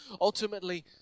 ultimately